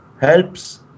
helps